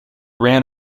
ran